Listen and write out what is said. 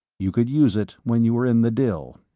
you could use it when you were in the dill.